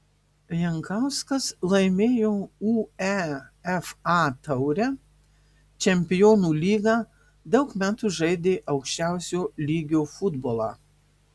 jankauskas laimėjo uefa taurę čempionų lygą daug metų žaidė aukščiausio lygio futbolą